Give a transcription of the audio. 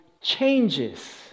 changes